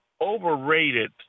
overrated